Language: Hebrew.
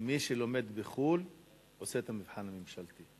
מי שלומד בחו"ל עושה את המבחן הממשלתי.